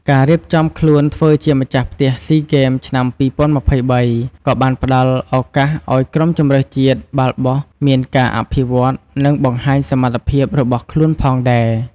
ការរៀបចំខ្លួនធ្វើជាម្ចាស់ផ្ទះស៊ីហ្គេមឆ្នាំ ២០២៣ ក៏បានផ្តល់ឱកាសឱ្យក្រុមជម្រើសជាតិបាល់បោះមានការអភិវឌ្ឍន៍ និងបង្ហាញសមត្ថភាពរបស់ខ្លួនផងដែរ។